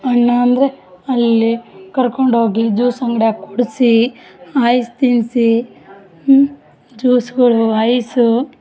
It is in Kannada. ಅಣ್ಣ ಅಂದರೆ ಅಲ್ಲಿ ಕರ್ಕೊಂಡೊಗಿ ಜೂಸ್ ಅಂಗಡಿಯಾಗ್ ಕುಡಿಸಿ ಐಸ್ ತಿನ್ನಿಸಿ ಜ್ಯೂಸ್ಗಳು ಐಸೂ